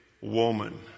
woman